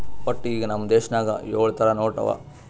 ವಟ್ಟ ಈಗ್ ನಮ್ ದೇಶನಾಗ್ ಯೊಳ್ ಥರ ನೋಟ್ ಅವಾ